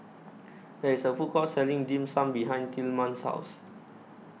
There IS A Food Court Selling Dim Sum behind Tilman's House